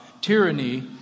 tyranny